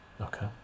okay